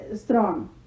strong